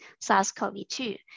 SARS-CoV-2